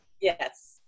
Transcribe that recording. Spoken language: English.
Yes